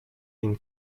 been